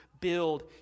build